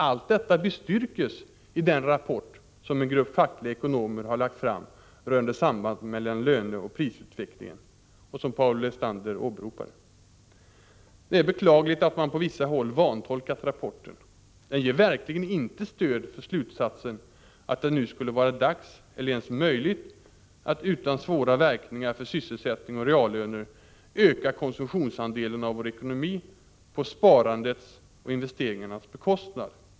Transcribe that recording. Allt detta bestyrks i den rapport som en grupp fackliga ekonomer har lagt fram rörande sambandet mellan löneoch prisutvecklingen och som Paul Lestander åberopar. Det är beklagligt att man på vissa håll vantolkat rapporten. Den ger verkligen inte stöd för slutsatsen att det nu skulle vara dags, eller ens möjligt, att utan svåra verkningar för sysselsättning och reallöner öka konsumtionsandelen av vår ekonomi på sparandets och investeringarnas bekostnad.